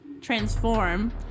transform